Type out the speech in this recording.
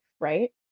right